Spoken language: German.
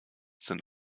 sind